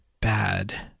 bad